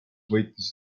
võitis